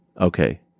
okay